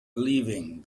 leaving